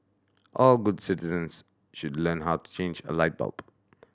all good citizens should learn how to change a light bulb